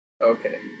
Okay